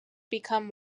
become